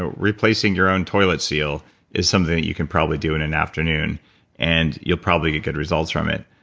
ah replacing your own toilet seal is something that you can probably do in an afternoon and you'll probably get good results from it,